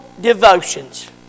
devotions